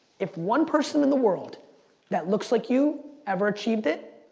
if one person in the world that looks like you ever achieved it,